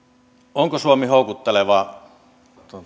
onko suomi houkutteleva